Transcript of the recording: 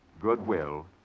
goodwill